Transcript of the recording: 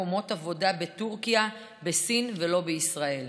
מקומות עבודה בטורקיה ובסין ולא בישראל.